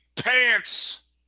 pants